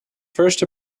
first